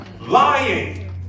Lying